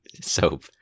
soap